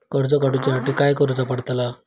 कर्ज काडूच्या साठी काय करुचा पडता?